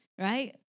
right